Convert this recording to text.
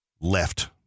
left